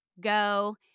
Go